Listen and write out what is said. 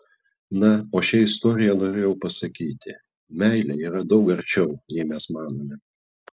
na o šia istorija norėjau pasakyti meilė yra daug arčiau nei mes manome